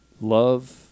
Love